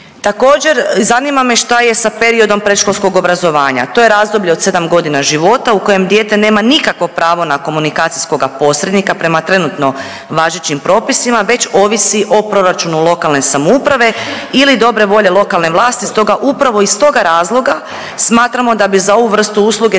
Također zanima me šta je sa periodom predškolskog obrazovanja? To je razdoblje od 7.g. života u kojem dijete nema nikakvo pravo na komunikacijskoga posrednika prema trenutno važećim propisima već ovisi o proračunu lokalne samouprave ili dobre volje lokalne vlasti, stoga upravo iz toga razloga smatramo da bi za ovu vrstu usluge